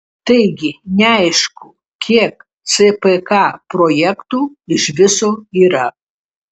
taigi neaišku kiek cpk projektų iš viso yra